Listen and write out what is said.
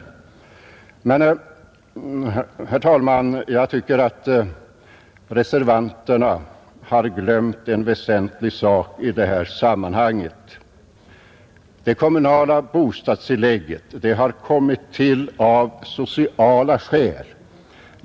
tillägg för Herr talman! Jag tycker att reservanterna glömt en väsentlig sak i kommunalt bostadsdetta sammanhang. Det kommunala bostadstillägget har kommit till av — tillägg m.m. till sociala skäl.